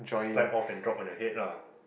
slide off and drop on your head lah